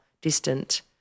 distant